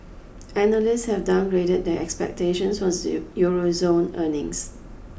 analysts have downgraded their expectations for Euro zone earnings